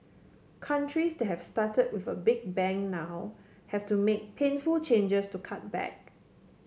countries that have started with a big bang now have to make painful changes to cut back